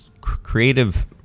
creative